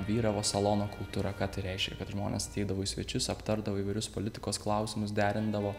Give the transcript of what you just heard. vyravo salono kultūra ką tai reiškia kad žmonės ateidavo į svečius aptardavo įvairius politikos klausimus derindavo